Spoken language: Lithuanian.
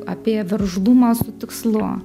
apie veržlumą su tikslu